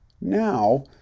now